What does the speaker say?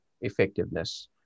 effectiveness